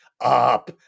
up